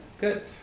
good